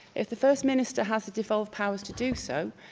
if the first minister has the devolved powers to do so,